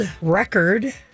Record